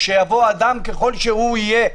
שיבוא אדם ככל שהוא יהיה,